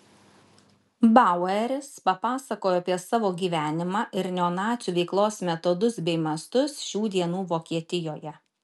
baueris papasakojo apie savo gyvenimą ir neonacių veiklos metodus bei mastus šių dienų vokietijoje